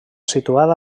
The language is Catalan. situada